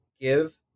give